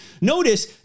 Notice